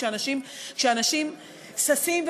שאנשים ששים,